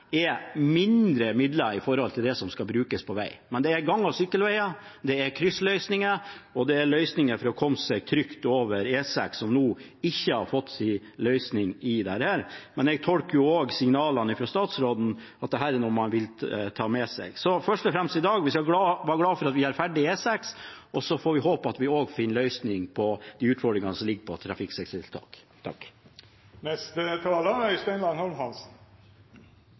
er mindre midler i forhold til det som skal brukes på vei. Det er gang- og sykkelveier, det er kryssløsninger, og det er løsninger for å komme seg trygt over E6 som ikke har fått sin løsning i dette. Men jeg tolker signalene fra statsråden slik at dette er noe han vil ta med seg. Først og fremst skal vi i dag være glade for at vi har ferdig E6 og så får vi håpe at vi også finner en løsning på utfordringene når det gjelder trafikksikkerhetstiltak. I denne saken, som også i neste sak, er det nok noen eksempler på